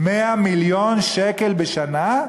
100 מיליון שקל בשנה?